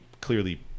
clearly